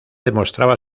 demostraba